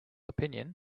opinion